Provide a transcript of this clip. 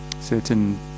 certain